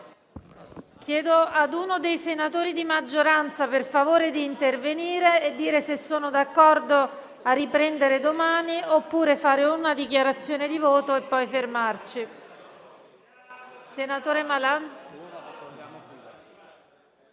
Chiedo ad uno dei senatori di maggioranza, per favore, di intervenire e dire se è d'accordo a riprendere domani oppure a fare una dichiarazione di voto e poi fermarci.